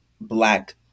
Black